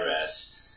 rest